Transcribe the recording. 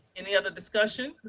any other discussion?